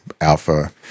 alpha